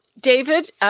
David